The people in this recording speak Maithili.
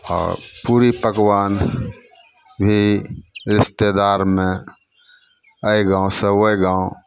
आओर पूड़ी पकवान भी रिश्तेदारमे एहि गामसे ओहि गाम